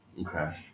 Okay